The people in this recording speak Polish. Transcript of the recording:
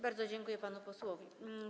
Bardzo dziękuję panu posłowi.